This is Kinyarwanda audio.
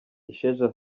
isheja